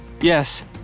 Yes